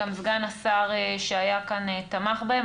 גם סגן השר שהיה כאן תמך בהם,